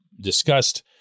discussed